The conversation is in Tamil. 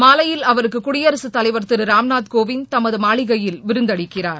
மாலையில் அவருக்கு குடியரசு தலைவர் திரு ராம்நாத் கோவிந்த் தமது மாளிகையில் விருந்தளிக்கிறார்